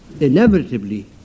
inevitably